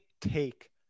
take